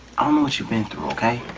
um don't what you've been through, okay